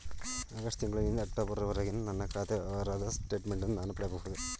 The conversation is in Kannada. ಆಗಸ್ಟ್ ತಿಂಗಳು ನಿಂದ ಅಕ್ಟೋಬರ್ ವರೆಗಿನ ನನ್ನ ಖಾತೆ ವ್ಯವಹಾರದ ಸ್ಟೇಟ್ಮೆಂಟನ್ನು ನಾನು ಪಡೆಯಬಹುದೇ?